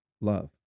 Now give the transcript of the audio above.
love